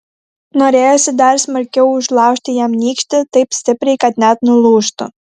norėjosi dar smarkiau užlaužti jam nykštį taip stipriai kad net nulūžtų